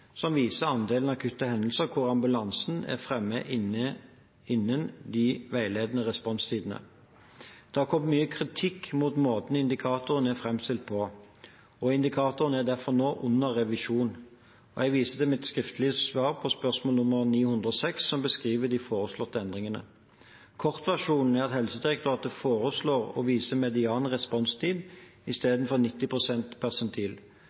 som viser andelen akutte hendelser hvor ambulansen er fremme innen de veiledende responstidene. Det har kommet mye kritikk mot måten indikatoren er framstilt på, og indikatoren er derfor nå under revisjon. Jeg viser til mitt svar på skriftlig spørsmål nummer 906, som beskriver de foreslåtte endringene. Kortversjonen er at Helsedirektoratet foreslår å vise median responstid i stedet for 90 persentil.